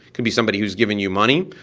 could be somebody who's given you money,